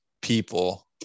people